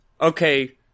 okay